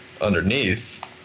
underneath